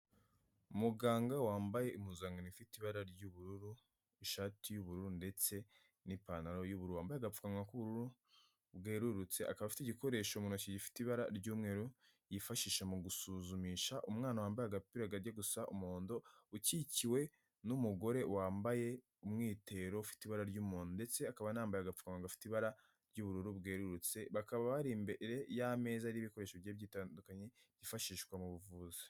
Muganga wambaye impuzankano ifite ibara ry'ubururu, ishati y'ubururu ndetse n'ipantaro y'uburu, wambaye apfukanwa k'ubururu bwerurutse, akaba afite igikoresho mu ntoki gifite ibara ry'umweru yifashisha mu gusuzumisha, umwana wambaye agapira kajya gusa umuhondo ukikiwe n'umugore wambaye umwitero ufite ibara ry'umuhondo ndetse akaba anambaye agapfukamunwa gafite ibara ry'ubururu bwerurutse, bakaba bari imbere y'ameza ariho ibikoresho bigiye bitandukanye byifashishwa mu buvuzi.